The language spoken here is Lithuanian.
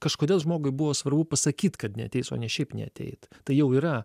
kažkodėl žmogui buvo svarbu pasakyt kad neateis o ne šiaip neateit tai jau yra